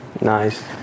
Nice